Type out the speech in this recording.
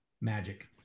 magic